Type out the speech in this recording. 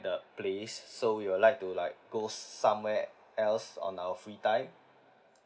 the place so we'd like to like go somewhere else on our free time